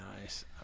Nice